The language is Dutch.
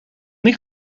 niet